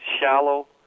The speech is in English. shallow